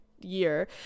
year